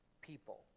people